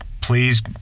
please